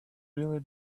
really